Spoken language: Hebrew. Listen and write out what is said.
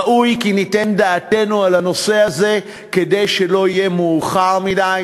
ראוי כי ניתן דעתנו על הנושא הזה כדי שלא יהיה מאוחר מדי.